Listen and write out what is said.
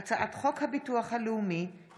וכלה בהצעת חוק פ/3004/24: הצעת חוק הביטוח הלאומי (תיקון,